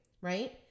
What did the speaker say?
right